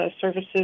services